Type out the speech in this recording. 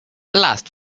lasts